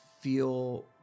feel